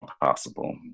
possible